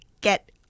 get